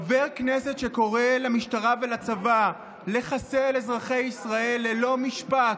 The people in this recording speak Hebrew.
חבר כנסת שקורא למשטרה ולצבא לחסל אזרחי ישראל ללא משפט,